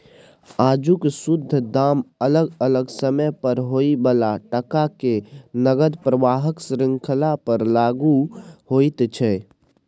आजुक शुद्ध दाम अलग अलग समय पर होइ बला टका के नकद प्रवाहक श्रृंखला पर लागु होइत छै